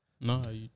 No